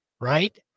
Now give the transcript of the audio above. right